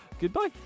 goodbye